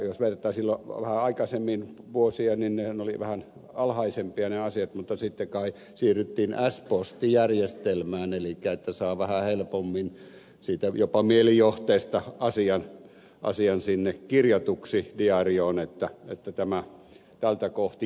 jos vertaa tätä lukua vähän aikaisempiin vuosiin niin nehän olivat vähän alhaisempia ne luvut mutta sitten kai siirryttiin s postijärjestelmään elikkä saa vähän helpommin jopa mielijohteesta asian kirjatuksi sinne diaarioon että tämä tältä kohti kivistää